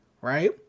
right